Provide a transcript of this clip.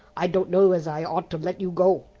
i don't know as i ought to let you go.